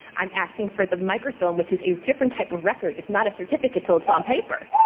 i'm asking for the microfilm, which is a different type of record. it's not a certificate until it's on paper.